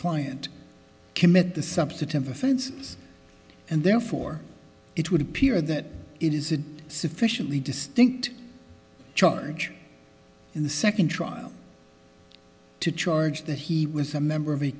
client committed the substantive offense and therefore it would appear that it is a sufficiently distinct charge in the second trial to charge that he was a member of